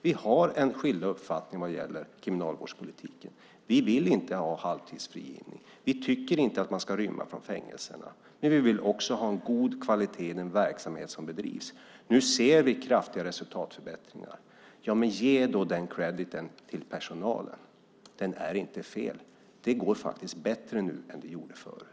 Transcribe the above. Vi har skilda uppfattningar vad gäller kriminalvårdspolitiken. Vi moderater vill inte ha halvtidsfrigivning. Vi tycker inte att man ska rymma från fängelserna. Vi vill också ha en god kvalitet i den verksamhet som bedrivs. Nu ser vi kraftiga resultatförbättringar. Men ge då den krediten till personalen! Den är inte fel. Det går faktiskt bättre nu än vad det gjorde förut.